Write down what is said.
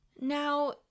Now